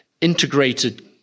integrated